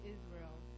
Israel